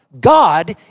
God